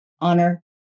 honor